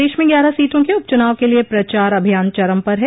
प्रदेश में ग्यारह सीटों के उपचुनाव के लिए प्रचार अभियान चरम पर है